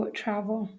travel